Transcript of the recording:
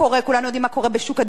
כולנו יודעים מה קורה בשוק הדיור,